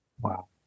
Wow